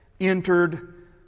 entered